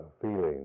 feelings